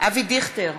אבי דיכטר,